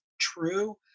true